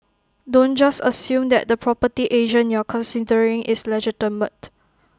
don't just assume that the property agent you're considering is legitimate